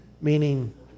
Meaning